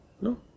No